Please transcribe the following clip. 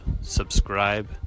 subscribe